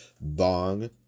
bong